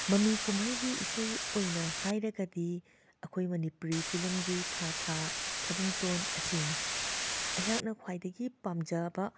ꯃꯃꯤ ꯀꯨꯝꯍꯩꯒꯤ ꯏꯁꯩ ꯑꯣꯏꯅ ꯍꯥꯏꯔꯒꯗꯤ ꯑꯩꯈꯣꯏ ꯃꯅꯤꯄꯨꯔꯤ ꯐꯤꯂꯝꯒꯤ ꯊꯥ ꯊꯥ ꯊꯥꯕꯨꯡꯇꯣꯟ ꯑꯁꯤꯅꯤ ꯑꯩꯍꯥꯛꯅ ꯈ꯭ꯋꯥꯏꯗꯒꯤ ꯄꯥꯝꯖꯕ